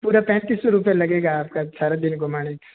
पूरा पैंतीस सौ रुपये लगेगा आप का सारा दिन घुमाने